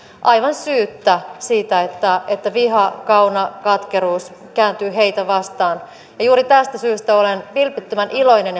aivan syyttä siitä että että viha kauna katkeruus kääntyvät heitä vastaan ja juuri tästä syystä olen vilpittömän iloinen